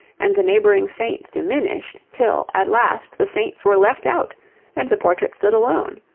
and the neighbouring saints diminished, till at last the saints were left out and the portrait stood alone.